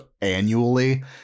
annually